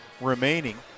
remaining